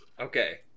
Okay